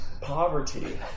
poverty